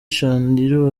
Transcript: chandiru